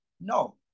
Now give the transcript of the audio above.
No